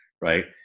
right